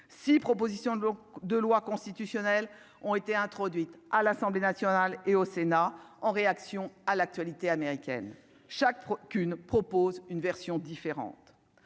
6 propositions de long de loi constitutionnelle ont été introduites à l'Assemblée nationale et au Sénat, en réaction à l'actualité américaine chaque fois qu'une propose une version différente